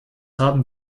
haben